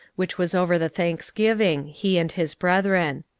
which was over the thanksgiving, he and his brethren.